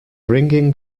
ringing